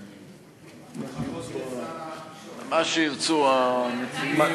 מה שירצו המציעים.